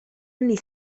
anni